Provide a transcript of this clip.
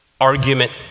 argument